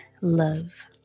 love